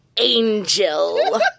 Angel